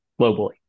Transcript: globally